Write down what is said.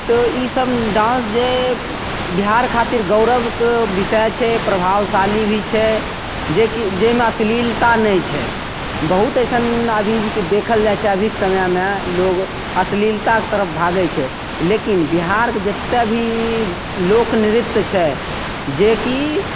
तऽ ईसब डान्स जे बिहार खातिर गौरवके विषय छै प्रभावशाली भी छै जेकि जाहिमे अश्लीलता नहि छै बहुत अइसन अभी जीके देखल जाइ छै अभीके समयमे लोक अश्लीलताके तरफ भागै छै लेकिन बिहारके जतेक भी लोकनृत्य छै जेकि